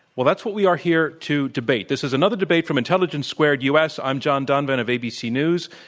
well, that's what we are here to debate. this is another debate from intelligence squared u. s. i'm john donvan of abc news.